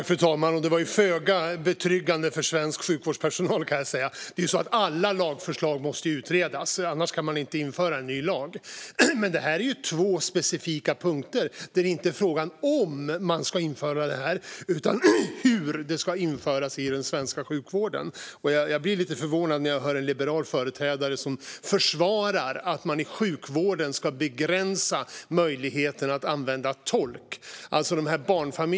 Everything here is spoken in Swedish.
Fru talman! Detta var föga betryggande för svensk sjukvårdspersonal. Alla lagförslag måste utredas. Annars går det inte att införa en ny lag. Här är det fråga om två specifika punkter. Det är inte fråga om lagen ska införas utan hur den ska införas i den svenska sjukvården. Jag blir lite förvånad när jag hör en liberal företrädare försvara att möjligheten att anlita tolk i sjukvården ska begränsas.